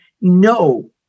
no